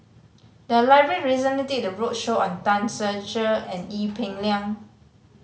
the library recently did a roadshow on Tan Ser Cher and Ee Peng Liang